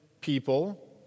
people